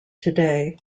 today